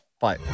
Bye